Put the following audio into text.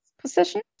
position